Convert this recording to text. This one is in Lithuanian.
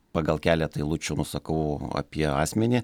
pagal keletą eilučių nusakau apie asmenį